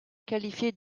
qualifié